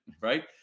right